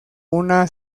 una